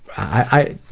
i